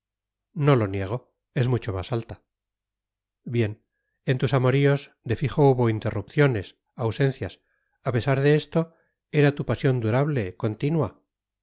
no lo niego es mucho más alta bien en tus amoríos de fijo hubo interrupciones ausencias a pesar de esto era tu pasión durable continua